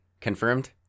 confirmed